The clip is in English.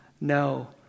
no